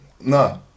no